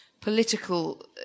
political